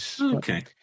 Okay